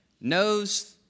knows